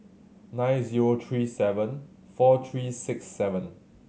nine zero three seven four three six seven